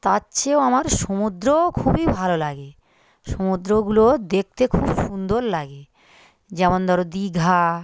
তার চেয়েও আমার সমুদ্রও খুবই ভালো লাগে সমুদ্রগুলো দেখতে খুব সুন্দর লাগে যেমন ধর দীঘা